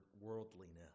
worldliness